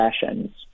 sessions